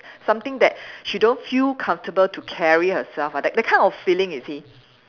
something that she don't feel comfortable to carry herself ah that that kind of feeling you see